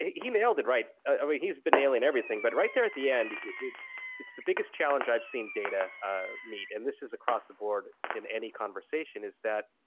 he nailed it right. i mean he's been nailing everything. but, right there at the end, it's it's the biggest challenge i've seen data ah meet. and this is across the board in any conversation is that,